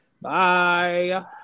Bye